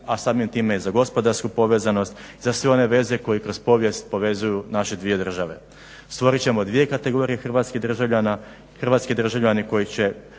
a samim time i za gospodarsku povezanost za sve one veze koje kroz povijest povezuju naše dvije države. Stvorit ćemo dvije kategorije hrvatskih državljana i hrvatski državljani koji će